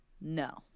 no